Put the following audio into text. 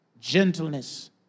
gentleness